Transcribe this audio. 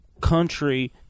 country